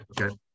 Okay